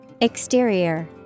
Exterior